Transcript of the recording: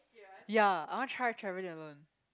ya I want to try travelling alone